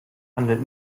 handelt